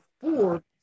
four